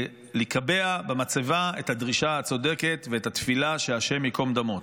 לקבע במצבה את הדרישה הצודקת ואת התפילה שהשם ייקום דמו.